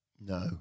No